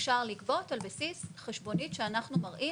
אפשר לגבות על בסיס חשבונית שאנחנו מראים